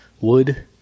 wood